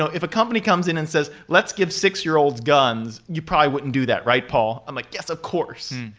ah if a company comes in and says, let's give six-year-olds guns. you probably wouldn't do that, right paul? i'm like, yes, of course,